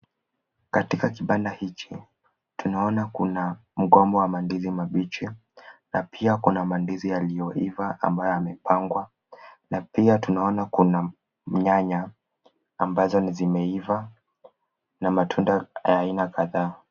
Katika kibanda hichi tunaona kuna mgomba wa mandizi mabichi na pia kuna mandizi yaliyoiva ambayo yamepangwa na pia tunaona kuna nyanya ambazo zimeiva na matunda ya aina kadhaa.